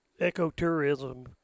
ecotourism